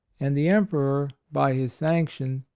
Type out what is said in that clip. and the emperor, by his sanction,